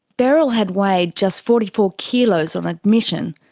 beryl had weighed just forty four kilos on admission.